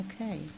Okay